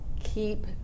keep